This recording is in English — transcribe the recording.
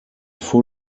full